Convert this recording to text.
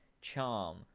charm